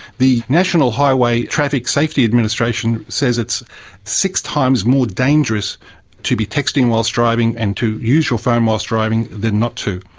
the national highway traffic safety administration says it's six times more dangerous to be texting whilst driving and to use your phone whilst driving than not to.